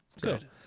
good